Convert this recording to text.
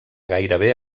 gairebé